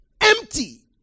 Empty